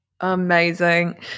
amazing